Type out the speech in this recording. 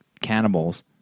cannibals